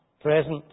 present